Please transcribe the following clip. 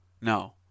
No